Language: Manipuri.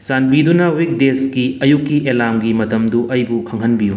ꯆꯥꯟꯕꯤꯗꯨꯅ ꯋꯤꯛ ꯗꯦꯖꯀꯤ ꯑꯌꯨꯛꯀꯤ ꯑꯦꯂꯥꯝꯒꯤ ꯃꯇꯝꯗꯨ ꯑꯩꯕꯨ ꯈꯪꯍꯟꯕꯤꯌꯨ